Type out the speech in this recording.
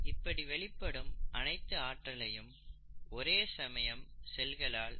இப்படி வெளிப்படும் அனைத்து ஆற்றலையும் ஒரே சமயம் செல்களால் பயன்படுத்த முடியாது